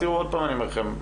עוד פעם אני אומר לכם,